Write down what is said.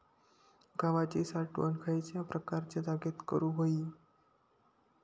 गव्हाची साठवण खयल्या प्रकारच्या जागेत करू होई?